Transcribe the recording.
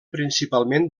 principalment